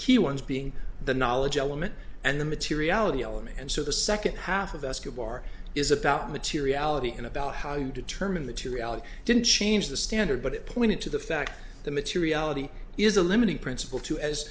key ones being the knowledge element and the materiality element and so the second half of escobar is about materiality and about how you determine the two reality didn't change the standard but it pointed to the fact the materiality is a limiting principle to as